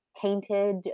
tainted